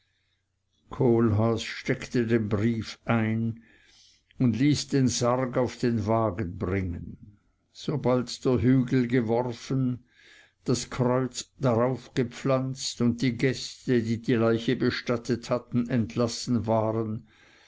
kohlhaas steckte den brief ein und ließ den sarg auf den wagen bringen sobald der hügel geworfen das kreuz darauf gepflanzt und die gäste die die leiche bestattet hatten entlassen waren